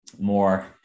more